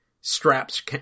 straps